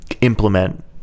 implement